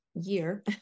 year